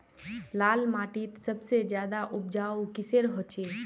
लाल माटित सबसे ज्यादा उपजाऊ किसेर होचए?